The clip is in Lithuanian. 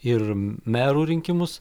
ir merų rinkimus